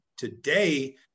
Today